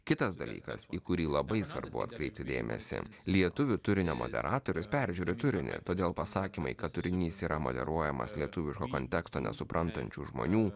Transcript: kitas dalykas į kurį labai svarbu atkreipti dėmesį lietuvių turinio moderatorius peržiūri turinį todėl pasakymai kad turinys yra moderuojamas lietuviško konteksto nesuprantančių žmonių